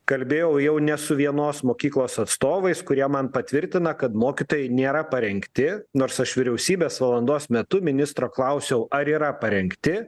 kalbėjau jau ne su vienos mokyklos atstovais kurie man patvirtina kad mokytojai nėra parengti nors aš vyriausybės valandos metu ministro klausiau ar yra parengti